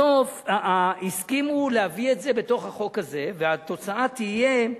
בסוף הסכימו להביא את זה בתוך החוק הזה והתוצאה תהיה: